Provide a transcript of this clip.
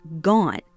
gone